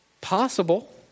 possible